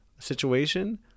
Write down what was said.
situation